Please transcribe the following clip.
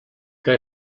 que